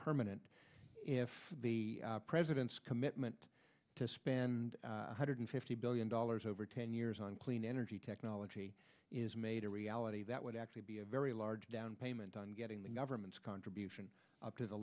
permanent if the president's commitment to spend one hundred fifty billion dollars over ten years on clean energy technology is made a reality that would actually be a very large down payment on getting the government's contribution up to the